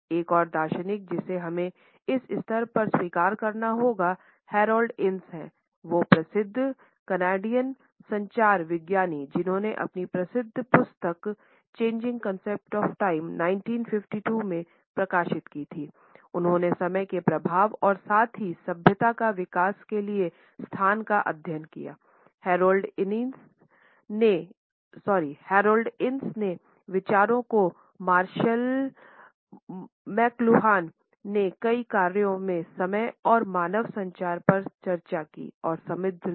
एक और दार्शनिक जिसे हमें इस स्तर पर स्वीकार करना होगा हेरोल्ड इनिस हैंवो प्रसिद्ध कनाडाई संचार विज्ञानी जिन्होंने अपनी प्रसिद्ध पुस्तक चेंजिंग कॉन्सेप्ट्स ऑफ़ टाइम ने कई कार्यों में समय और मानव संचार पर चर्चा की और समृद्ध किया